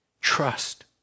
Trust